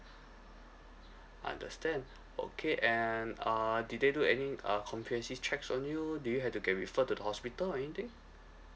understand okay and uh did they do any uh comprehensive checks on you did you had to get refer to the hospital or anything